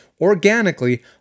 organically